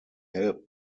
helped